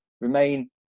remain